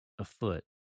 afoot